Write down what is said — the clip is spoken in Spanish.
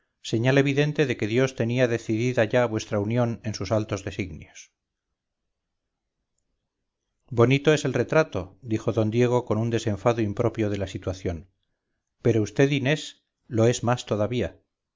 señal evidente de que dios tenía decidida ya vuestra unión en sus altos designios bonito es el retrato dijo d diego con un desenfado impropio de la situación pero vd inés lo es más todavía